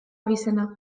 abizena